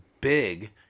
big